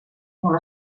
molt